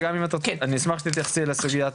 ואני אשמח שתתייחסי לסוגייה